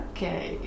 Okay